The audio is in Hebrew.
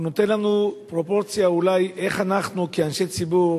נותן לנו פרופורציה, אולי, איך אנחנו כאנשי ציבור